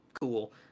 cool